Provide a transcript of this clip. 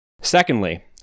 Secondly